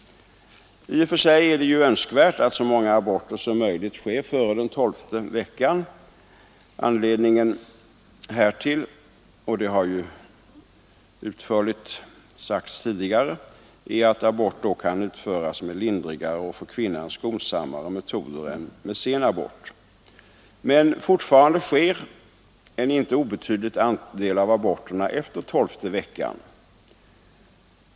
I och för sig är det önskvärt att så många aborter som möjligt sker före den tolfte veckan. Anledningen härtill — det har utförligt redovisats tidigare — är att abort då kan utföras med lindrigare och för kvinnan skonsammare metoder än vid sen abort. Fortfarande sker dock en inte obetydlig andel av aborterna efter tolfte veckan.